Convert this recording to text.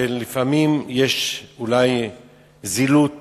שלפעמים יש אולי זילות